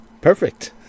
Perfect